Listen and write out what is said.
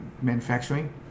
Manufacturing